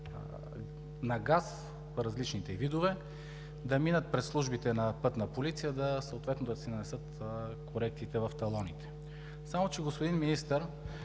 на газ – различните видове, да минат през службите на „Пътна полиция“, съответно да си нанесат корекциите в талоните. Само че, господин Министър,